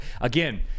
Again